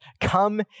come